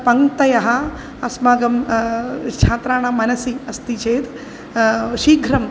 पङ्क्तयः अस्माकं छात्राणां मनसि अस्ति चेत् शीघ्रम्